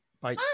Bye